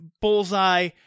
Bullseye